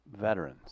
Veterans